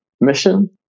mission